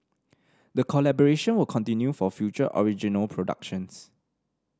the collaboration will continue for future original productions